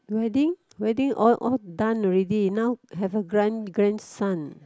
wedding wedding all all done already now have a grand grandson